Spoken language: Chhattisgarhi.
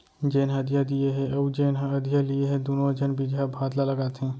जेन ह अधिया दिये हे अउ जेन ह अधिया लिये हे दुनों झन बिजहा भात ल लगाथें